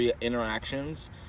interactions